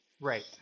right